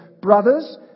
Brothers